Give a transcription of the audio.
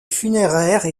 funéraire